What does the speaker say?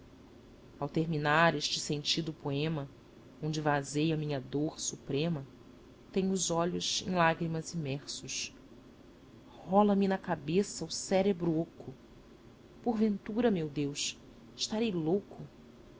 ao terminar este sendito poema onde vazei a minha dor suprema tenho os olhos em lágrimas imersos rola me na cabeça o cérebro oco por ventura meu deus estarei louco